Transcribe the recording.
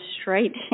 straight